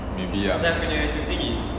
maybe ah